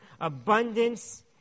abundance